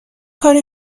کاری